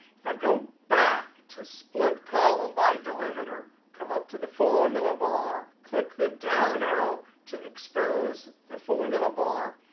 if i go back to split column by delimiter, come up to the formula bar, click the down arrow to expose the formula bar,